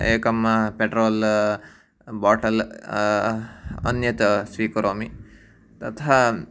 एकं petrol bottle अन्यत् स्वीकरोमि तथा